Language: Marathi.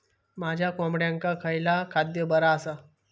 माझ्या कोंबड्यांका खयला खाद्य बरा आसा?